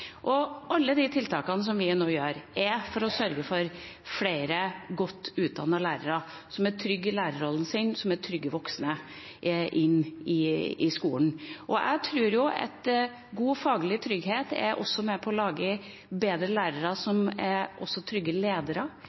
Alle de tiltakene vi setter inn nå, er for å sørge for å få flere godt utdannede lærere som er trygge i lærerrollen sin, og som er trygge voksne, inn i skolen. Jeg tror at god faglig trygghet er med på å lage bedre lærere som også er trygge ledere